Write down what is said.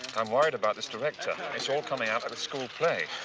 i'm worried about this director. it's all coming out like a school play.